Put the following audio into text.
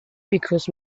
because